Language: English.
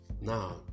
Now